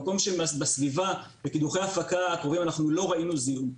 במקום שבסביבה בקידוחי ההפקה הקרובים אנחנו לא ראינו זיהום,